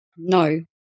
no